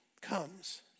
comes